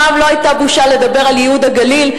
פעם לא היתה בושה לדבר על ייהוד הגליל,